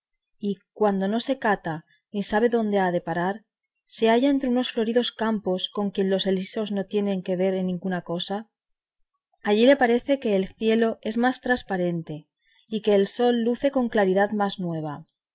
y cuando no se cata ni sabe dónde ha de parar se halla entre unos floridos campos con quien los elíseos no tienen que ver en ninguna cosa allí le parece que el cielo es más transparente y que el sol luce con claridad más nueva